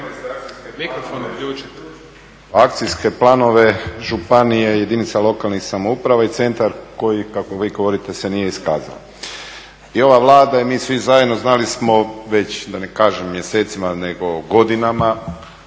akcijske planove županije jedinica lokalnih samouprava i centar koji kako vi govorite se nije iskazao. I ova Vlada i mi svi zajedno znali smo već, da ne kažem mjesecima, nego godinama